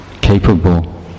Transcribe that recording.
capable